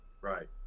Right